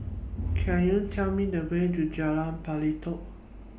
Can YOU Tell Me The Way to Jalan Pelatok